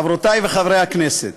חברותי וחברי חברי הכנסת,